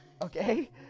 Okay